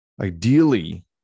Ideally